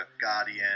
Guardian